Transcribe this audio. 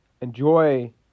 enjoy